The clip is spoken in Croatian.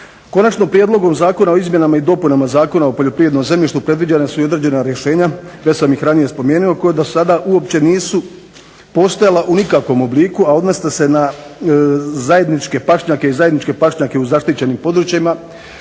Konačnim prijedlogom zakona o izmjenama i dopunama Zakona o poljoprivrednom zemljištu predviđena su i određena rješenja. Već sam ih ranije spomenuo koja do sada uopće nisu postojala u nikakvom obliku, a odnose se na zajedničke pašnjake i zajedničke pašnjake u zaštićenim područjima